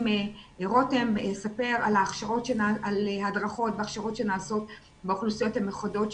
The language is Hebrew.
רותם יספר על הדרכות והכשרות שנעשות באוכלוסיות המיוחדות,